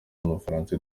w’umufaransa